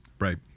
Right